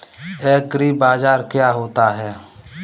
एग्रीबाजार क्या होता है?